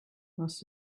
must